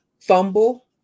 fumble